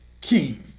king